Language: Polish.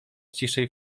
ciszej